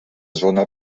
zona